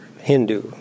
Hindu